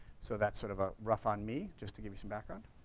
so that's sort of a rough on me, just to give you some background.